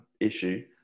issue